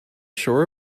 sure